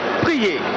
priez